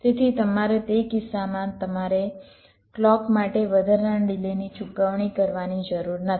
તેથી તમારે તે કિસ્સામાં તમારે ક્લૉક માટે વધારાના ડિલેની ચૂકવણી કરવાની જરૂર નથી